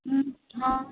हँ